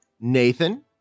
Nathan